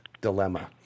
Dilemma